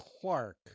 Clark